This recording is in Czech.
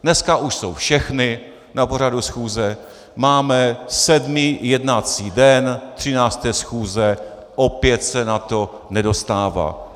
Dneska už jsou všechny na pořadu schůze, máme sedmý jednací den 13. schůze, opět se na to nedostává.